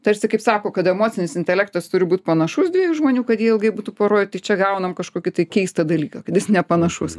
tarsi kaip sako kad emocinis intelektas turi būt panašus dviejų žmonių kad jie ilgai būtų poroj tai čia gaunam kažkokį tai keistą dalyką kad jis nepanašus